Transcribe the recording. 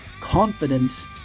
confidence